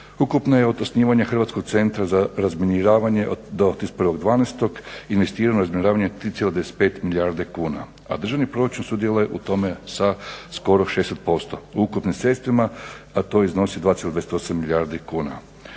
Ukupno je od osnivanja HCR-a do 31.12. investirano … 3,95 milijarde kuna, a državni proračun sudjeluje u tome sa skoro 60% u ukupnim sredstvima, a to iznosi 2,28 milijardi kuna.